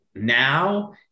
Now